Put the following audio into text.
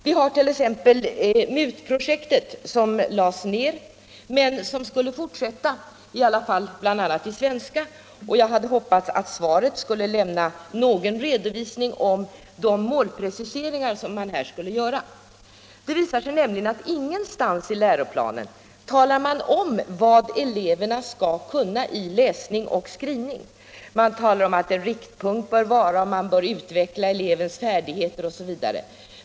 Vi har t.ex. MUT-projektet, som lades ned men som ändå skulle få en fortsättning, bl.a. i vad gäller svenskundervisningen. Jag hade hoppats att svaret skulle lämna någon redovisning av de målpreciseringar som man avser att göra. Det visar sig nämligen att ingenstans i läroplanen finns angivet vad eleverna skall kunna i läsning och skrivning. Det talas om: en riktpunkt bör vara, man bör utveckla elevens färdigheter osv.